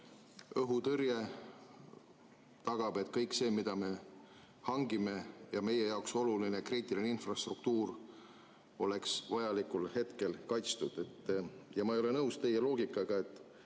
Õhutõrje tagab, et kõik see, mida me hangime, ja meie jaoks oluline kriitiline infrastruktuur oleks vajalikul hetkel kaitstud. Ma ei ole nõus teie loogikaga, et